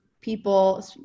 people